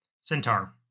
centaur